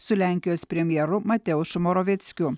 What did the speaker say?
su lenkijos premjeru mateušu moravieckiu